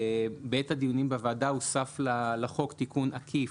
בעת הדיונים בוועדה הוסף לחוק תיקון עקיף,